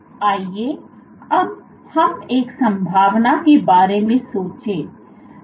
तो आइए हम एक संभावना के बारे में सोचें